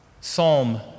Psalm